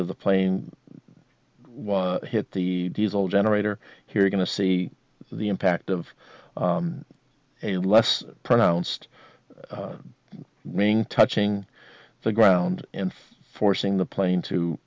of the plane was hit the diesel generator here are going to see the impact of a less pronounced wing touching the ground in forcing the plane to